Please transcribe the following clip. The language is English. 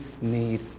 need